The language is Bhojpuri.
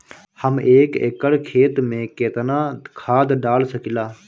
हम एक एकड़ खेत में केतना खाद डाल सकिला?